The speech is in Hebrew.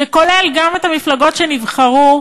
זה כולל גם את המפלגות שנבחרו